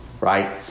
right